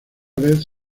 vez